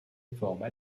réformes